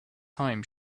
time